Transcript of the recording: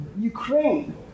Ukraine